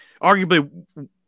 arguably